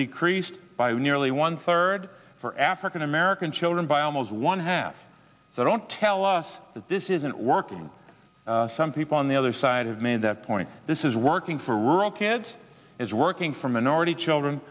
decreased by nearly one third for african american children by almost one half so don't tell us that this isn't working and some people on the other side have made that point this is working for rural kids is working for minority children